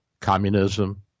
Communism